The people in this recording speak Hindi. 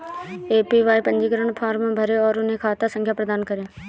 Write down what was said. ए.पी.वाई पंजीकरण फॉर्म भरें और उन्हें खाता संख्या प्रदान करें